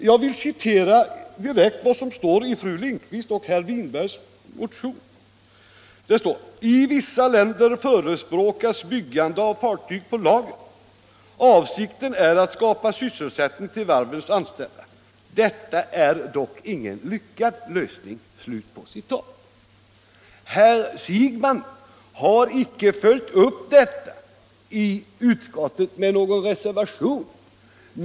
Jag vill citera vad som står i fru Lindquists och herr Winbergs motion: ”I vissa länder förespråkas byggande av fartyg ”på lager. Avsikten är att skapa sysselsättning till varvens anställda. Detta är dock ingen lyckad lösning.” Herr Siegbahn har icke följt upp detta i utskottet med någon reservation.